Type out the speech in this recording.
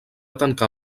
tancar